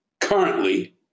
currently